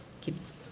keeps